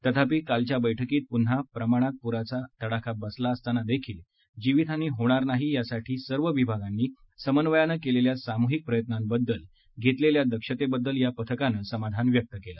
तथापि कालच्या बळकीत मोठ्या प्रमाणात पुराचा तडाखा बसला असतानादेखील जीवीत हानी होणार नाही यासाठी सर्व विभागाने समन्वयाने केलेल्या सामूहिक प्रयत्नाबद्दल घेतलेल्या दक्षतेबद्दल या पथकाने समाधान व्यक्त केले